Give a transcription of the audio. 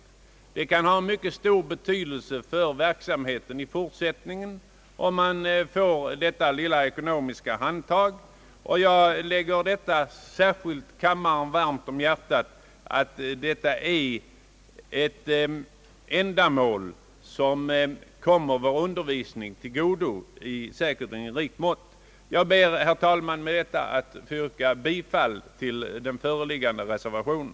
Det kan ha stor betydelse för verksamheten i fortsättningen, om det får detta lilla ekonomiska handtag. Jag lägger kammaren särskilt på hjärtat, att detta är ett ändamål som kommer vår undervisning till godo i rikt mått. Jag ber med detta, herr talman, att få yrka bifall till den föreliggande reservationen.